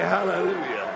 Hallelujah